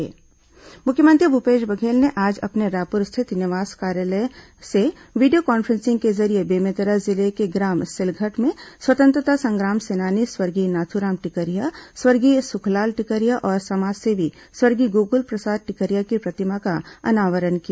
मुख्यमंत्री प्रतिमा अनावरण मुख्यमंत्री भूपेश बघेल ने आज अपने रायपुर स्थित निवास कार्यालय से वीडियो कॉन्फ्रेंसिंग के जरिये बेमेतरा जिले के ग्राम सिलघट में स्वतंत्रता संग्राम सेनानी स्वर्गीय नाथूराम टिकरिहा स्वर्गीय सुखलाल टिकरिहा और समाजसेवी स्वर्गीय गोकुल प्रसाद टिकरिहा की प्रतिमा का अनावरण किया